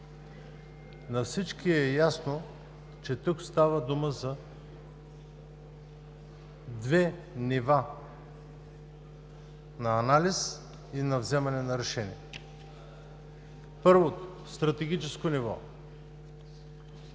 На всички е ясно, че тук става дума за две нива – на анализ и на вземане на решение. Първото ниво е стратегическо.